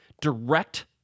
direct